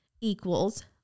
equals